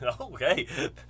Okay